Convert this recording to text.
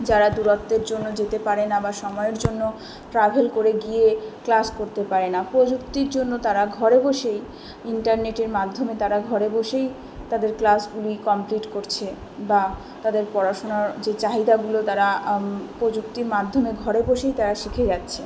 যারা দূরত্বের জন্য যেতে পারে না বা সময়ের জন্য ট্রাভেল করে গিয়ে ক্লাস করতে পারে না প্রযুক্তির জন্য তারা ঘরে বসেই ইন্টারনেটের মাধ্যমে তারা ঘরে বসেই তাদের ক্লাসগুলি কমপ্লিট করছে বা তাদের পড়াশোনা যে চাহিদাগুলো তারা প্রযুক্তির মাধ্যমে ঘরে বসেই তারা শিখে যাচ্ছে